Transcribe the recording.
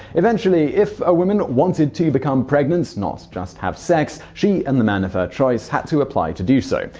eventually, if a woman wanted to become pregnant, not just have sex, she and the man of her choice had to apply to do so.